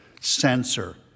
censor